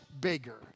bigger